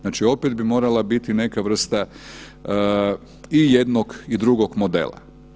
Znači opet bi morala biti neka vrsta i jednog i drugog modela.